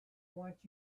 want